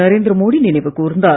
நரேந்திரமோடி நினைவு கூர்ந்தார்